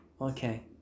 Okay